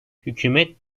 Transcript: hükümet